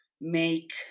make